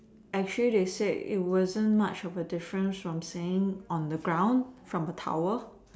actually they said it wasn't much of a difference from seeing on the ground from the tower